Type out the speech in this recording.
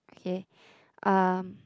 okay um